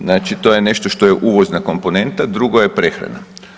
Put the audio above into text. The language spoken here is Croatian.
Znači to je nešto je uvozna komponenta, drugo je prehrana.